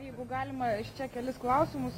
jeigu galima iš čia kelis klausimus